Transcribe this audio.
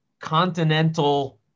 continental